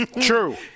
True